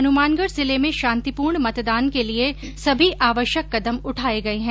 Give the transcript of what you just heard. हनुमानगढ़ जिले में शांतिपूर्ण मतदान के लिये सभी आवश्यक कदम उठाये गये है